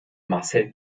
marcel